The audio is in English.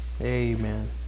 Amen